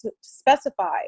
specify